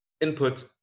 input